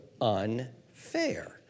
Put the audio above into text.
unfair